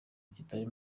kitari